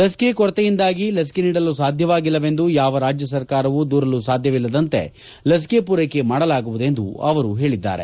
ಲಸಿಕೆ ಕೊರತೆಯಿಂದಾಗಿ ಲಸಿಕೆ ನೀಡಲು ಸಾಧ್ಯವಾಗಿಲ್ಲವೆಂದು ಯಾವ ರಾಜ್ಯ ಸರ್ಕಾರವೂ ದೂರಲು ಸಾಧ್ಯವಿಲ್ಲದಂತೆ ಲಸಿಕೆ ಪೂರ್ನೆಕೆ ಮಾಡಲಾಗುವುದೆಂದು ಅವರು ಹೇಳಿದಾರೆ